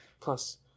Plus